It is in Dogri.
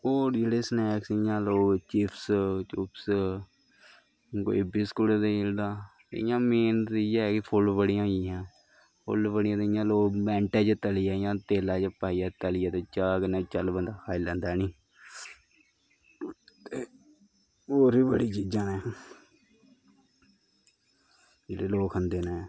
होर जेह्ड़े स्नैक्स इ'यां लोक चिप्स चुप्स कोई बिस्कुट देई ओड़दा इयां मेन ते इ'यै ऐ कि फुल्ल बड़ियां होई गेइयां फुल्ल बड़ियां ते इयां लोक मैंटै तलियै इ'यां तेलै च पाइयै तलियै ते इ'यां चाह् कन्नै चल बंदा खाई लैंदा हैनी ते होर बी बड़ी चीजां न जेह्ड़े लोक खंदे न